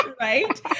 Right